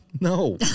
no